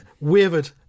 wavered